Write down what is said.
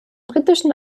britischen